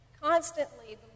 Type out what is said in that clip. constantly